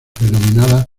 denominadas